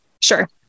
sure